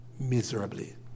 Miserably